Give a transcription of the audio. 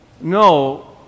No